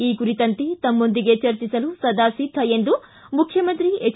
ಈ ಕುರಿತಂತೆ ತಮ್ಮೊಂದಿಗೆ ಚರ್ಚಿಸಲು ಸದಾ ಸಿದ್ಧ ಎಂದು ಮುಖ್ಯಮಂತ್ರಿ ಎಚ್